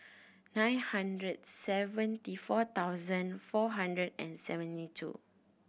nine hundred seventy four thousand four hundred and seventy two